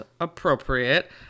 appropriate